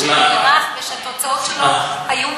והתוצאות שלו היו ממש השנה.